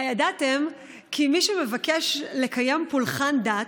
הידעתם כי מי שמבקש לקיים פולחן דת,